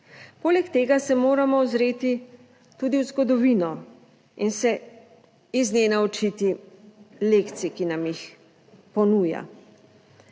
Poleg tega se moramo ozreti tudi v zgodovino in se iz nje naučiti lekcij, ki nam jih ponuja.